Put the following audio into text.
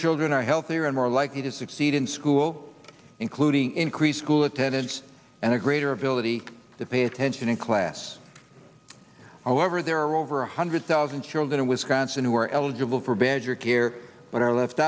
children are healthier and more likely to succeed in school including increase school attendance and a greater ability to pay attention in class however there are over a hundred thousand children in wisconsin who are eligible for badger care but are left